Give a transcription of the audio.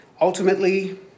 Ultimately